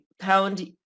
pound